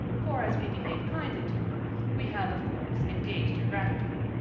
for as we behave kindly to her we have of course engaged her gratitude.